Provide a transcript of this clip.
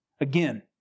Again